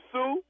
Sue